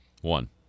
one